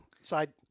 side